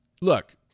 look